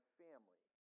family